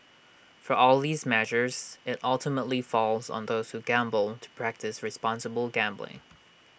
for all these measures IT ultimately falls on those who gamble to practise responsible gambling